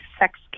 sex